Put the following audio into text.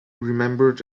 remembered